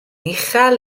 uchel